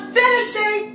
finishing